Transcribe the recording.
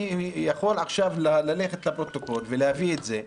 אני יכול ללכת עכשיו לפרוטוקול ולהביא את זה.